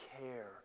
care